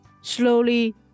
Slowly